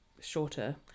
shorter